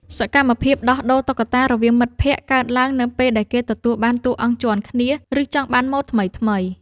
សកម្មភាពដោះដូរតុក្កតារវាងមិត្តភក្តិ កើតឡើងនៅពេលដែលគេទទួលបានតួអង្គជាន់គ្នា ឬចង់បានម៉ូដថ្មីៗ។